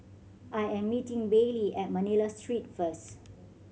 I am meeting Baylee at Manila Street first